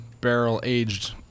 barrel-aged